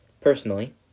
Personally